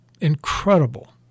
incredible